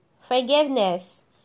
Forgiveness